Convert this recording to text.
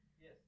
Yes